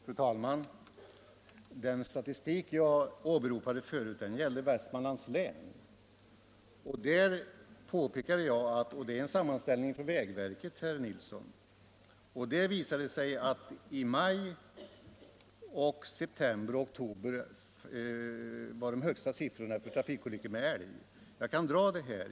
Fru talman! Den statistik jag åberopade förut gäller Västmanlands län. Det är en sammanställning från vägverket, herr Nilsson i Kalmar, och där visar det sig att maj, september och oktober hade de högsta siffrorna för trafikolyckor med älg. Jag kan läsa upp statistiken här.